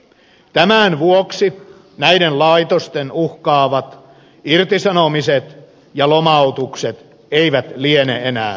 tämän vuoksi näitä laitoksia uhkaavat irtisanomiset ja lomautukset eivät liene enää tarpeellisia